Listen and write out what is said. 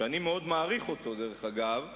שאני מאוד מעריך אותו, דרך אגב,